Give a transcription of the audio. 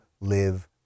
live